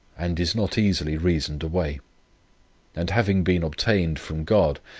and is not easily reasoned away and having been obtained from god,